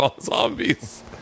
zombies